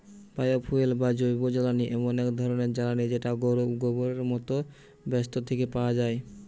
bio fuel বা জৈবজ্বালানি এমন এক ধরণের জ্বালানী যেটা গোবরের মতো বস্তু থিকে পায়া যাচ্ছে